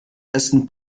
besten